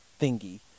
thingy